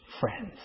friends